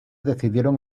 decidieron